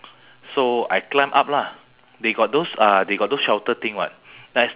I already I already grab grab the ball already but I miss my step